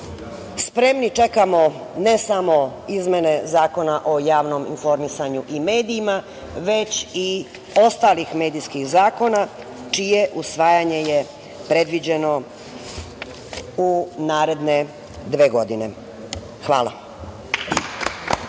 danas. Spremni čekamo, ne samo izmene Zakona o javnom informisanju i medijima, već i ostalih medijskih zakona čije usvajanje je predviđeno u naredne dve godine. Hvala.